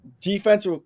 defense